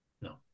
No